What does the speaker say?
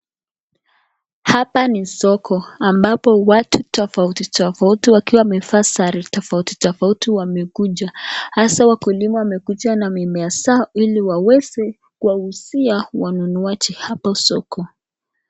Hapa ni soko ambapo watu tofauti tofauti wakiwa wamevaa sare tofauti tofauti wamekuja haswa wakulima wamekuja na mimea zao ili waweze kuwauzia wanunuaji hapo soko.